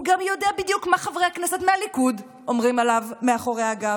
הוא גם יודע בדיוק מה חברי הכנסת מהליכוד אומרים עליו מאחורי הגב,